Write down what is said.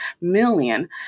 million